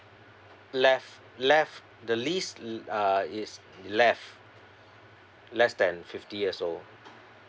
left left the list uh is left less than fifty years old